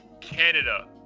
Canada